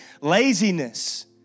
laziness